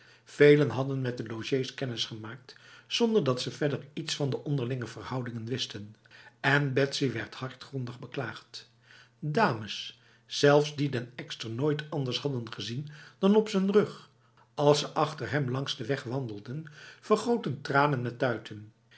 velen hadden met de logés kennisgemaakt zonder dat ze verder iets van de onderlinge verhouding wisten en betsy werd hartgrondig beklaagd dames zelfs die den ekster nooit anders hadden gezien dan op z'n rug als ze achter hem langs de weg wandelden vergoten tranen met tuiten